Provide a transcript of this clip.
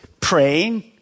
praying